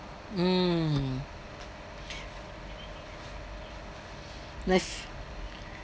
mm less